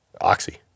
Oxy